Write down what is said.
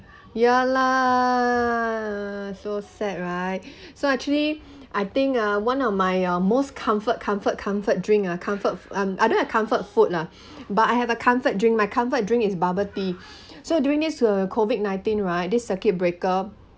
ya lah so sad right so actually I think ah one of my uh most comfort comfort comfort drink ah comfort um I don't have comfort food lah but I have a comfort drink my comfort drink is bubble tea so during this COVID nineteen right this circuit breaker